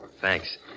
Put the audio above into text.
Thanks